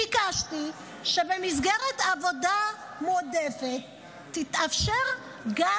ביקשתי שבמסגרת עבודה מועדפת יתאפשר גם